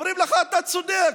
ואומרים לך: אתה צודק,